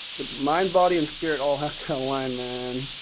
the mind, body, and spirit all has to align, man,